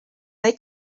they